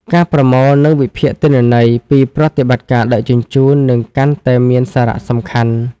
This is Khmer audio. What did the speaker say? ការប្រមូល និងវិភាគទិន្នន័យពីប្រតិបត្តិការដឹកជញ្ជូននឹងកាន់តែមានសារៈសំខាន់។